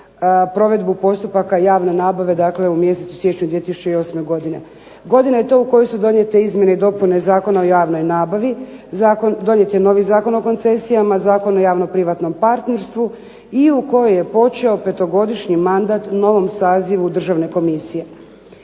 provedbu postupaka javne nabave, dakle u mjesecu siječnju 2008. godine. Godina je to u kojoj su donijete izmjene i dopune Zakona o javnoj nabavi. Donijet je novi Zakon o koncesijama, Zakon o javno privatnom partnerstvu i u kojoj je počeo petogodišnji mandat u novom sazivu Državne komisije.